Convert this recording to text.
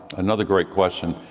another great question.